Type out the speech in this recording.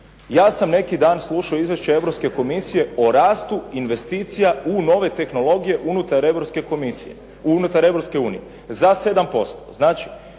Ja sam neki dan slušao izvješće Europske Komisije o rastu investicija u nove tehnologije unutar Europske unije za 7%. Znači unutar Europske unije su